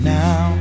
now